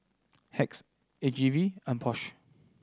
Hacks A G V and Porsche